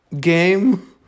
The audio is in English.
game